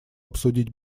обсудить